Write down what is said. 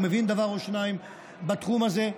הוא מבין דבר או שניים בתחום הזה.